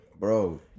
Bro